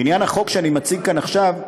בעניין החוק שאני מציג כאן עכשיו,